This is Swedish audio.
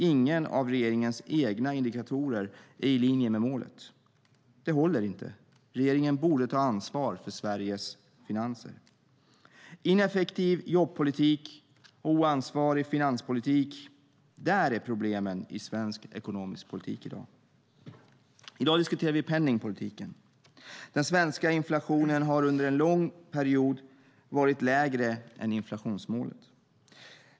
Ingen av regeringens egna indikatorer är i linje med målet. Det håller inte. Regeringen borde ta ansvar för Sveriges finanser. Ineffektiv jobbpolitik och oansvarig finanspolitik - där är problemen i svensk ekonomisk politik i dag. I dag diskuterar vi penningpolitiken. Den svenska inflationen har under en lång period varit lägre än inflationsmålet.